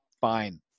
fine